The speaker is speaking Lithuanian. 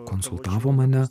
konsultavo mane